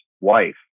wife